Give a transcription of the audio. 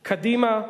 קדימה.